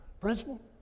principal